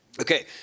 Okay